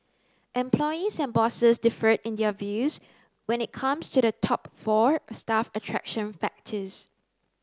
employees and bosses differed in their views when it comes to the top four staff attraction factors